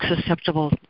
Susceptible